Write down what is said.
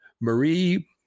Marie